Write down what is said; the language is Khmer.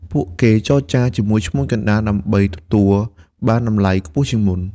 ពួកគេចរចាជាមួយឈ្មួញកណ្ដាលដើម្បីទទួលបានតម្លៃខ្ពស់ជាងមុន។